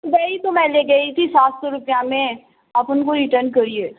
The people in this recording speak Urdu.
وہی تو میں لے گئی تھی سات سو روپیہ میں آپ ان کو ریٹرن کریے